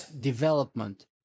development